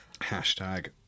Hashtag